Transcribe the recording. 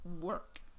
work